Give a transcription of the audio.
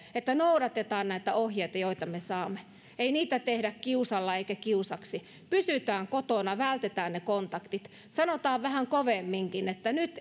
että noudatetaan näitä ohjeita joita me saamme ei niitä tehdä kiusalla eikä kiusaksi pysytään kotona vältetään ne kontaktit sanotaan vähän kovemminkin että nyt